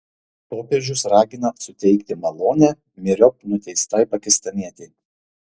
popiežius ragina suteikti malonę myriop nuteistai pakistanietei